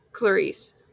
Clarice